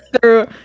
through-